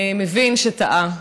מבין שטעה,